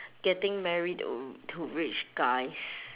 getting married to rich guys